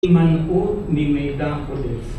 הימנעות ממידע עודף